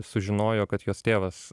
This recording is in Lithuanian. sužinojo kad jos tėvas